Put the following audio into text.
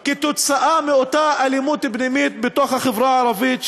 כתוצאה מאותה אלימות פנימית בתוך החברה הערבית,